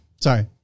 Sorry